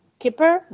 keeper